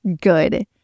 good